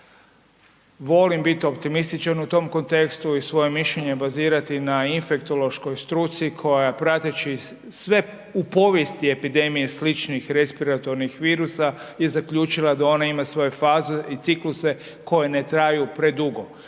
Volim biti optimističan u tom kontekstu i svoje mišljenje bazirati na infektološkoj struci koja prateći sve u povijesti epidemije sličnih respiratornih virusa je zaključila da ona ima svoje faze i cikluse koje ne traju predugo.